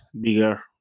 bigger